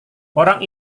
orang